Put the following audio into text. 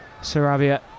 Sarabia